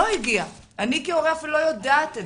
לא הגיעה אני כהורה אפילו לא יודעת את זה.